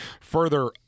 Further